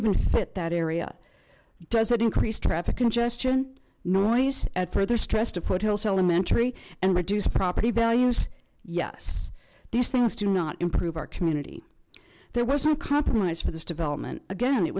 even fit that area does it increase traffic congestion noise at further stress to put else elementary and reduce property values yes these things do not improve our community there was no compromise for this development again it